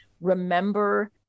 remember